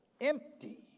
empty